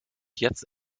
jetzt